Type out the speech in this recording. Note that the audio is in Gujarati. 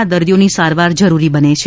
ના દર્દીઓની સારવાર જરૂરી બને છે